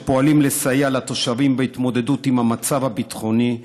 שפועלים לסייע לתושבים בהתמודדות עם המצב הביטחוני,